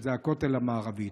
שזה הכותל המערבי.